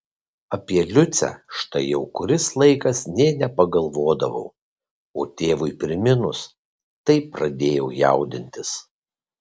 apie liucę štai jau kuris laikas nė nepagalvodavau o tėvui priminus taip pradėjau jaudintis